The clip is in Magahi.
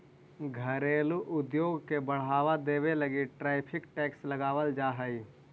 घरेलू उद्योग के बढ़ावा देवे लगी टैरिफ टैक्स लगावाल जा हई